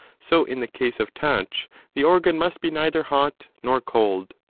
so in the case of touch the organ must be neither hot nor cold.